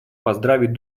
поздравить